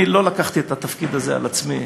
אני לא לקחתי את התפקיד הזה על עצמי